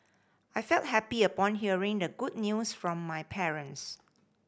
I felt happy upon hearing the good news from my parents